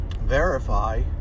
verify